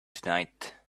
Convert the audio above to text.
tonight